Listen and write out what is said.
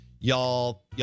Y'all